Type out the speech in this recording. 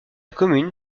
commune